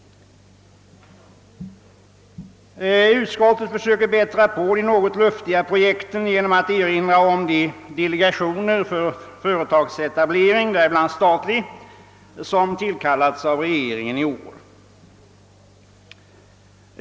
Utskottet försöker bättra på de något luftiga projekten genom att erinra om de delegationer för företagsetablering, däribland en statlig, som tillkallats av regeringen i år.